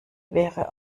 wäre